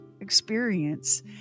experience